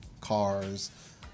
cars